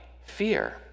fear